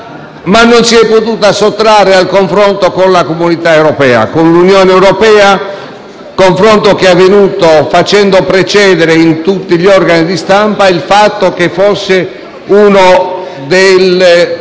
ma non si è potuto evitare il confronto con la Comunità europea, con l'Unione europea; un confronto che è avvenuto facendo precedere in tutti gli organi di stampa il fatto che fosse uno degli